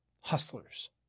Hustlers